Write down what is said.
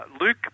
Luke